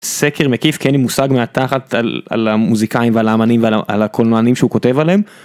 סקר מקיף כי אין לי מושג מהתחת על על המוזיקאים ועל האמנים ועל הקולנוענים שהוא כותב עליהם.